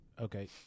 Okay